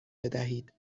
بدهید